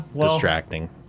distracting